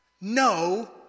No